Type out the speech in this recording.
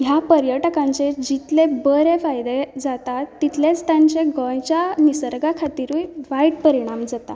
ह्या पर्यटकांचे जितले बरे फायदे जाता तितलेंच तांचें गोंयच्या निसर्गा खातीरूय वायट परिणाम जातात